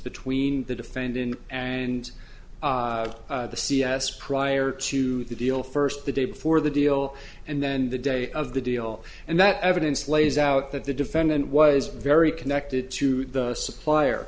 between the defendant and the c s prior to the deal first the day before the deal and then the day of the deal and that evidence lays out that the defendant was very connected to the supplier